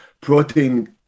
protein